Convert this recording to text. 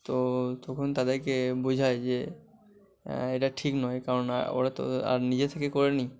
তো তখন তাদেরকে বোঝাই যে এটা ঠিক নয় কারণ ওরা তো আর নিজে থেকে করে নি